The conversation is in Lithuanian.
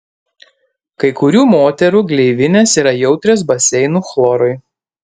kai kurių moterų gleivinės yra jautrios baseinų chlorui